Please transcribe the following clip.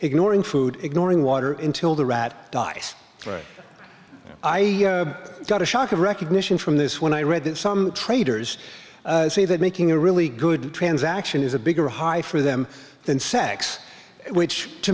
ignoring food ignoring water intil the rat i got a shock of recognition from this when i read that some traders say that making a really good transaction is a bigger high for them than sex which to